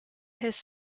his